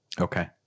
Okay